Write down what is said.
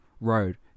road